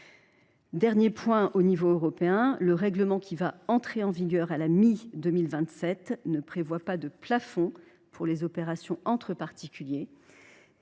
euros. Enfin, au niveau européen, le règlement qui va entrer en vigueur en 2027 ne prévoit pas de plafond pour les opérations entre particuliers,